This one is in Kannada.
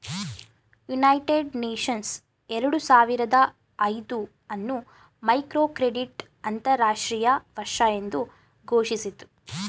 ಯುನೈಟೆಡ್ ನೇಷನ್ಸ್ ಎರಡು ಸಾವಿರದ ಐದು ಅನ್ನು ಮೈಕ್ರೋಕ್ರೆಡಿಟ್ ಅಂತರಾಷ್ಟ್ರೀಯ ವರ್ಷ ಎಂದು ಘೋಷಿಸಿತು